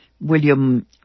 William